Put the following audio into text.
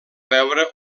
veure